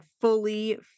fully